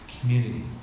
community